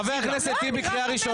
חבר הכנסת טיבי, קריאה ראשונה.